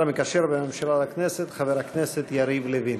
המקשר בין הממשלה לכנסת חבר הכנסת יריב לוין.